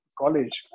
college